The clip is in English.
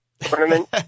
tournament